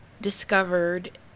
discovered